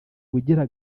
ubugira